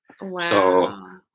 Wow